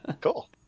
Cool